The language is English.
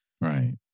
Right